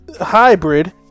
hybrid